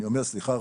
אני אומר סליחה,